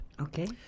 Okay